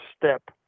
step